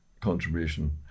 contribution